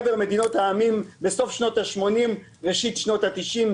והגדולה שהגיעה מחבר המדינות בסוף שנות השמונים וראשית שנות התשעים,